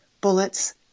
bullets